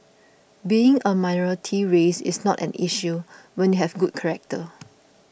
being a minority race is not an issue when you have good character